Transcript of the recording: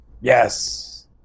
Yes